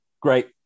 great